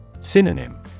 Synonym